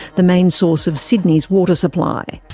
the main source of sydney's water supply.